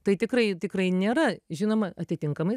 tai tikrai tikrai nėra žinoma atitinkamai